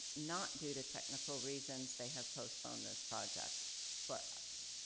not due to technical reasons, they have postponed this project for us.